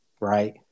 right